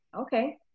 okay